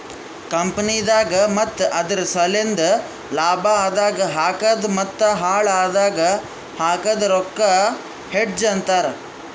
ಕಂಪನಿದಾಗ್ ಮತ್ತ ಅದುರ್ ಸಲೆಂದ್ ಲಾಭ ಆದಾಗ್ ಹಾಕದ್ ಮತ್ತ ಹಾಳ್ ಆದಾಗ್ ಹಾಕದ್ ರೊಕ್ಕಾಗ ಹೆಡ್ಜ್ ಅಂತರ್